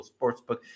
Sportsbook